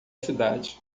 cidade